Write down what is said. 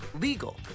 legal